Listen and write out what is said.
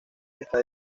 está